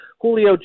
Julio